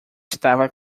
estava